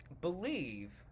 believe